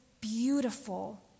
beautiful